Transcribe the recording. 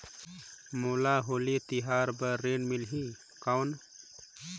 मोला होली तिहार बार ऋण मिलही कौन?